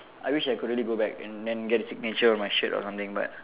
I wish I could really go back and then get his signature on my shirt or something but